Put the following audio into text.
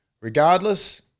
Regardless